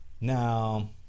Now